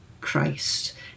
Christ